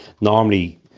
normally